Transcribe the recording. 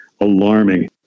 alarming